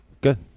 Good